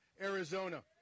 Arizona